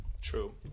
True